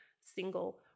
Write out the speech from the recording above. single